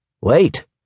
Wait